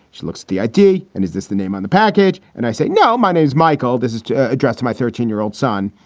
she looks at the i d. and is this the name on the package? and i say no. my name is michael. this is addressed to my thirteen year old son,